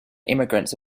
immigrants